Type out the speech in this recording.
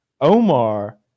Omar